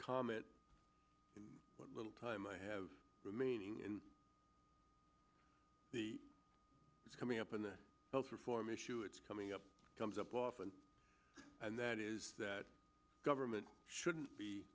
comment what little time i have remaining is coming up in the health reform issue is coming up comes up often and that is that government shouldn't be